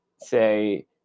say